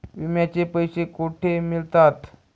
विम्याचे पैसे कुठे मिळतात?